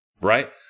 Right